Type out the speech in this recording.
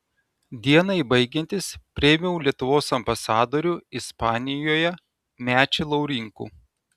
dienai baigiantis priėmiau lietuvos ambasadorių ispanijoje mečį laurinkų